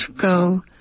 go